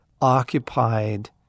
occupied